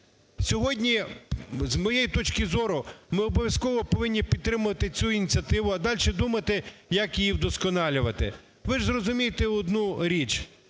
Сьогодні, з моєї точки зору, ми обов'язково повинні підтримувати цю ініціативу, а дальше думати, як її вдосконалювати. Ви ж зрозумійте одну річ: